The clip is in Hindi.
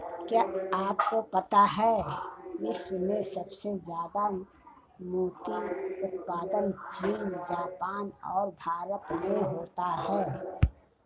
क्या आपको पता है विश्व में सबसे ज्यादा मोती उत्पादन चीन, जापान और भारत में होता है?